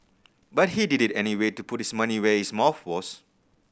but he did it anyway to put his money where his mouth was